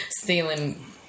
stealing